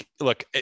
look